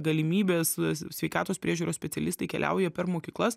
galimybės sveikatos priežiūros specialistai keliauja per mokyklas